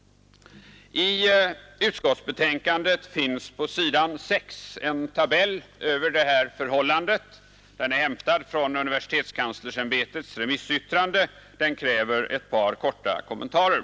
I utskottsbetänkandet finns på s. 6 en tabell över det här förhållandet. Den är hämtad från universitetskanslersämbetets remissyttrande, och den kräver ett par korta kommentarer.